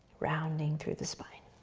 rounding through the spine.